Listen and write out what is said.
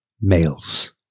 males